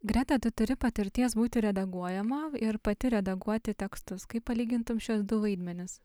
greta tu turi patirties būti redaguojama ir pati redaguoti tekstus kaip palygintum šiuos du vaidmenis